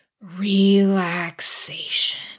relaxation